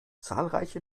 zahlreiche